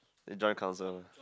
the joint counsel